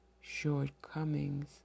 shortcomings